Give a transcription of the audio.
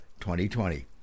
2020